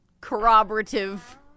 corroborative